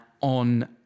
on